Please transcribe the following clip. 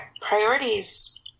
priorities